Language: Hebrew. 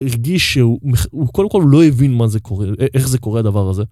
הוא הרגיש שהוא הוא קודם כל לא הבין מה זה קורה איך זה קורה דבר הזה.